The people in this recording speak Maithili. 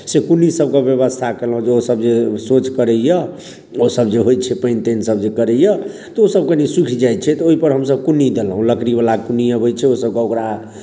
से कुन्नीसभके व्यवस्था कयलहुँ जे ओसभ जे शौच करैए ओसभ जे होइ छै पानि तानि सभ जे करैए तऽ ओसभ कनि सूखि जाइ छै ओहिपर हमसभ कुन्नी देलहुँ लकड़ीवला कुन्नी अबै छै ओसभके ओकरा